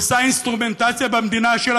עושה אינסטרומנטציה במדינה שלה,